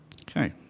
Okay